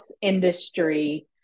industry